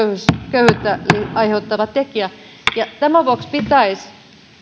köyhyyttä aiheuttava tekijä tämän vuoksi pitäisi